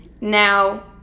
Now